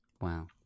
Wow